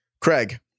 Craig